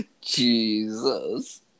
Jesus